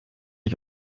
ich